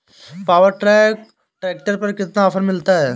Power track tractor पर कितना offer है?